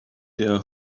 their